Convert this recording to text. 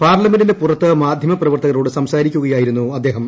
പാർലമെന്റിന് പുറത്ത് മാധ്യമ പ്രവർത്തകരോട് സംസാരിക്കുകയായിരുന്നു അദ്ദേഹം